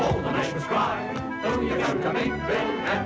all right i